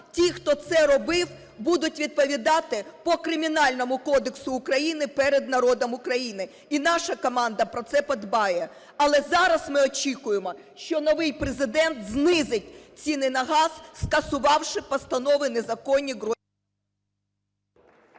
ті, хто це робив, будуть відповідати по Кримінальному кодексу України перед народом України. І наша команда про це подбає. Але зараз ми очікуємо, що новий Президент знизить ціни на газ, скасувавши постанови незаконні…